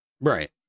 Right